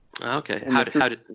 Okay